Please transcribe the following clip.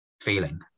feeling